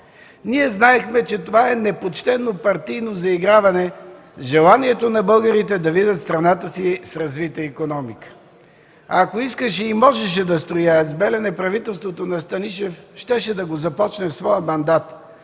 ние знаехме, че това е непочтено партийно заиграване, желанието на българите да видят страната си с развита икономика. Ако искаше и можеше да строи АЕЦ „Белене”, правителството на Станишев щеше да го започне в своя мандат.